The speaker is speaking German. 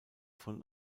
von